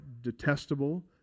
detestable